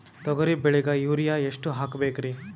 ತೊಗರಿ ಬೆಳಿಗ ಯೂರಿಯಎಷ್ಟು ಹಾಕಬೇಕರಿ?